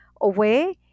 away